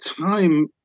time